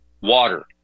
Water